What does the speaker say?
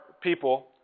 people